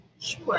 Sure